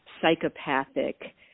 psychopathic